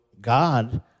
God